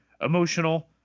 emotional